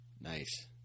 Nice